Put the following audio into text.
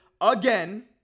again